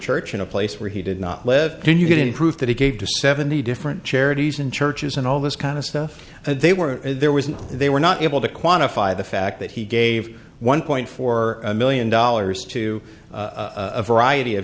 church in a place where he did not live when you couldn't prove that he gave to seventy different charities and churches and all this kind of stuff and they were there was an they were not able to quantify the fact that he gave one point four million dollars to a variety of